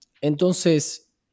Entonces